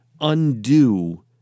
undo